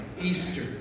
Easter